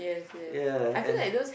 ya and